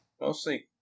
Mostly